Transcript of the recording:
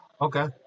Okay